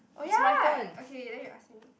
oh ya okay then you ask me